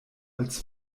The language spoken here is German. als